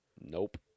Nope